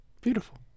Beautiful